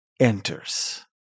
enters